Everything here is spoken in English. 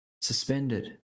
suspended